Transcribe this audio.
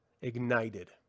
ignited